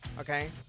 okay